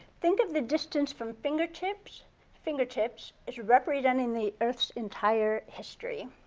think of the distance from fingertips fingertips as representing the earth's entire history.